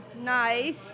nice